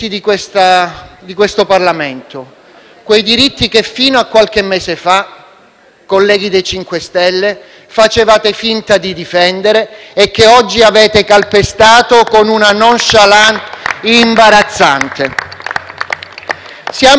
Siamo in definitiva al sovvertimento delle regole della democrazia. Il risultato è sotto gli occhi di tutti: una manovra su cui non sarà possibile intervenire, una manovra scritta e riscritta sotto dettatura dell'Europa.